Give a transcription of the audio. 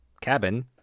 cabin